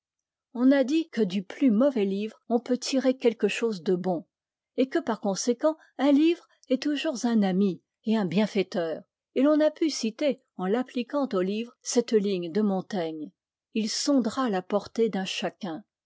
on a dit que du plus mauvais livre on peut tirer quelque chose de bon et que par conséquent un livre est toujours un ami et un bienfaiteur et l'on a pu citer en l'appliquant aux livres cette ligne de montaigne il sondera la portée d'un chacun